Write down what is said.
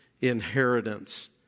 inheritance